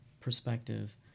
perspective